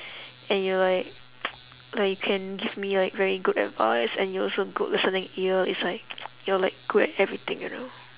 and you're like like you can give me like very good advice and you're also good listening ear it's like you're like good at everything you know